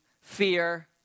fear